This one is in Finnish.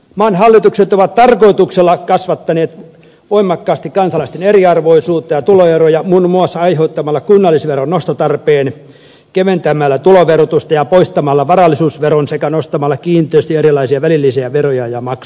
maan hallitukset ovat tarkoituksella kasvattaneet voimakkaasti kansalaisten eriarvoisuutta ja tuloeroja muun muassa aiheuttamalla kunnallisveron nostotarpeen keventämällä tuloverotusta ja poistamalla varallisuusveron sekä nostamalla kiinteistö ja erilaisia välillisiä veroja ja maksuja